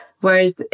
Whereas